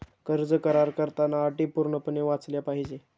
कर्ज करार करताना अटी पूर्णपणे वाचल्या पाहिजे